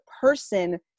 person